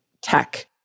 tech